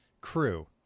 crew